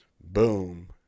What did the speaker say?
boom